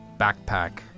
backpack